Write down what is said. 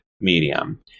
medium